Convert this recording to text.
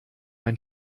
ein